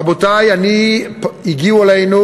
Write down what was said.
רבותי, הגיעו אלינו